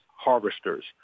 harvesters